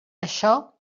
això